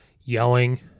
yelling